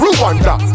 Rwanda